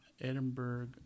Edinburgh